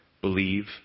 Believe